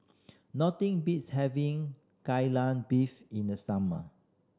nothing beats having Kai Lan Beef in the summer